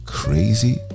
crazy